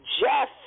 Jeff